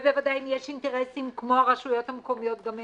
ובוודאי אם יש אינטרסים כמו הרשויות המקומיות גם הן,